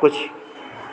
कुछ